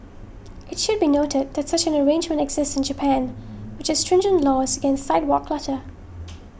it should be noted that such an arrangement exists in Japan which has stringent laws against sidewalk clutter